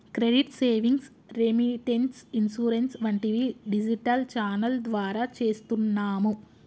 credit savings, remittance, insurance వంటివి digital channel ద్వారా చేస్తున్నాము